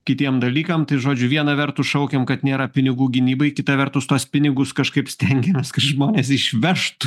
kitiem dalykam tai žodžiu viena vertus šaukiam kad nėra pinigų gynybai kita vertus tuos pinigus kažkaip stengiamės kad žmonės išvežtų